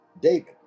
David